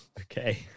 Okay